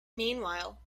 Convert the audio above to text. meanwhile